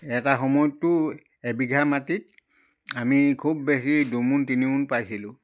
এটা সময়ততো এবিঘা মাটিত আমি খুব বেছি দুমোন তিনিমোন পাইছিলোঁ